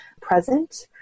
present